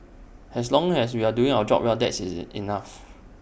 as long as we are doing our job well that's is enough